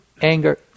anger